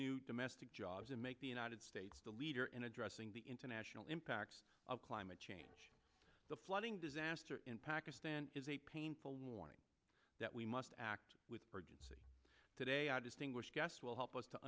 new domestic jobs and make the united states the leader in addressing the international impacts of climate change the flooding disaster in pakistan is a painful warning that we must act with today our distinguished guests will help us to